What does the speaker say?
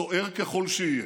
סוער ככל שיהיה,